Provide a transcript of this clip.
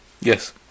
Yes